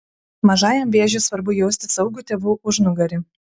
mažajam vėžiui svarbu jausti saugų tėvų užnugarį